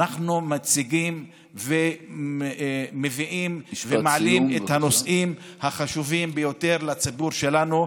אנחנו מציגים ומביאים ומעלים את הנושאים החשובים ביותר לציבור שלנו.